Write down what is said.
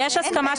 יש הסכמה,